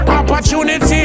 opportunity